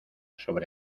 sobre